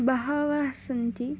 बहवः सन्ति